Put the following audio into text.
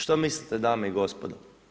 Što mislite, dame i gospodo?